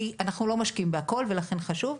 כי אנחנו לא משקיעים בהכל ולכן זה חשוב.